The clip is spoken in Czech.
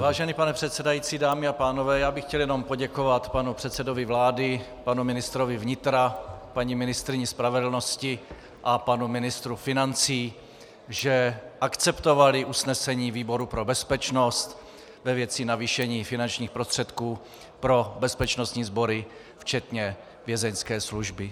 Vážený pane předsedající, dámy a pánové, chtěl bych jenom poděkovat panu předsedovi vlády, panu ministrovi vnitra, paní ministryni spravedlnosti a panu ministru financí, že akceptovali usnesení výboru pro bezpečnost ve věci navýšení finančních prostředků pro bezpečnostní sbory včetně Vězeňské služby.